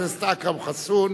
חבר הכנסת אכרם חסון,